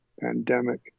pandemic